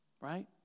Right